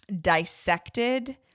dissected